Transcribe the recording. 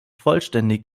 vollständig